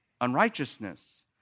unrighteousness